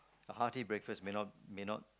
a hearty breakfast may not may not